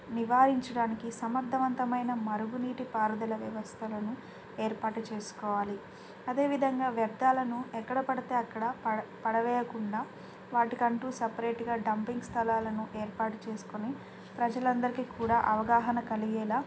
నివారించడానికి సమర్థవంతమైన మురుగు నీటి పారుదల వ్యవస్థలను ఏర్పాటు చేసుకోవాలి అదేవిధంగా వ్యర్థాలను ఎక్కడ పడితే అక్కడ పడ పడవేయకుండా వాటికంటూ సపరేట్గా డంపింగ్ స్థలాలను ఏర్పాటు చేసుకొని ప్రజలందరికీ కూడా అవగాహన కలిగేలా